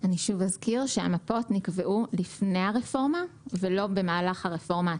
שוב אזכיר שהמפות נקבעו לפני הרפורמה ולא במהלך הרפורמה עצמה.